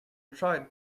tried